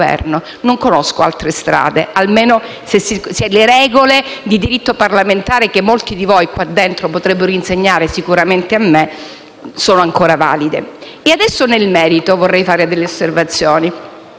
Non conosco altre strade, almeno se le regole del diritto parlamentare, che molti di voi qui dentro potrebbero sicuramente insegnare a me, sono ancora valide. E adesso vorrei fare delle osservazioni